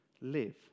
live